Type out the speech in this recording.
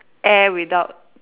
air without